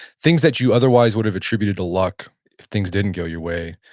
things that you otherwise would have attributed to luck if things didn't go your way,